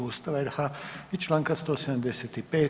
Ustava RH i članka 175.